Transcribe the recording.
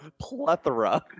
plethora